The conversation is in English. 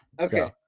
Okay